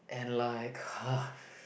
and like uh